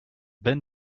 been